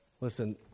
Listen